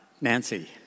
Nancy